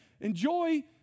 enjoy